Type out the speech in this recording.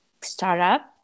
startup